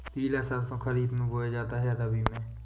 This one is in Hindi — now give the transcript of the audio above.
पिला सरसो खरीफ में बोया जाता है या रबी में?